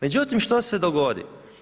Međutim, što se dogodi?